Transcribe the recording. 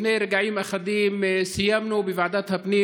לפני רגעים אחדים סיימנו בוועדת הפנים